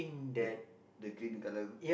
the the green colour